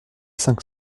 cinq